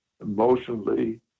emotionally